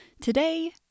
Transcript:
Today